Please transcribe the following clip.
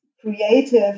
creative